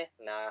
nah